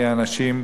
מאנשים,